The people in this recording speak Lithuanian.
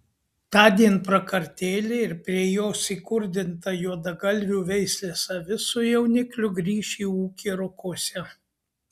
tądien prakartėlė ir prie jos įkurdinta juodagalvių veislės avis su jaunikliu grįš į ūkį rokuose